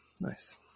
Nice